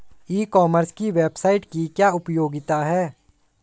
ई commerce की वेबसाइट की क्या उपयोगिता है?